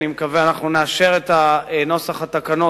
בימים הקרובים אנחנו נאשר את נוסח התקנות